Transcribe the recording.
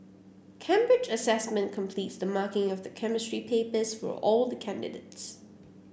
Cambridge Assessment completes the marking of the Chemistry papers for all the candidates